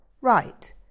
Right